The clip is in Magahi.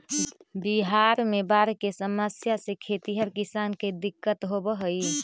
बिहार में बाढ़ के समस्या से खेतिहर किसान के दिक्कत होवऽ हइ